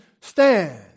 stand